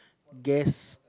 gas